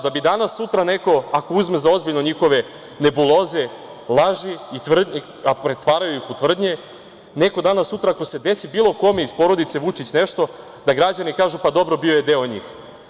Da bi danas, sutra neko, ako uzme za ozbiljno, njihove nebuloze, laži, a pretvaraju ih u tvrdnje, neko danas, sutra ako se desi bilo kome iz porodice Vučić da građani kažu – dobro, bio je deo njih.